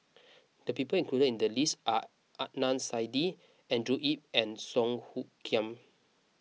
the people included in the list are Adnan Saidi Andrew Yip and Song Hoot Kiam